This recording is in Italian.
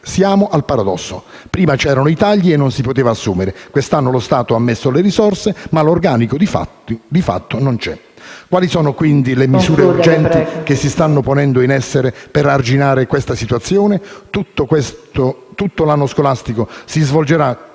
Siamo al paradosso: prima c'erano i tagli e non si poteva assumere. Quest'anno lo Stato ha messo le risorse, ma l'organico di fatto non c'è. Quali sono, quindi, le misure urgenti che si stanno ponendo in essere per arginare questa situazione? Tutto l'anno scolastico si svolgerà